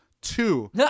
Two